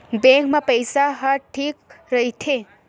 Bank मा पईसा ह ठीक राइथे?